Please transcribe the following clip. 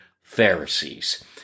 Pharisees